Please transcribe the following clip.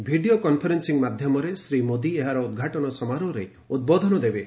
video conferencing ମାଧ୍ୟମରେ ଶ୍ରୀ ମୋଦୀ ଏହାର ଉଦ୍ଘାଟନ ସମାରୋହରେ ଉଦ୍ବୋଧନ ଦେବେ